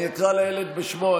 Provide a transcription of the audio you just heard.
אני אקרא לילד בשמו,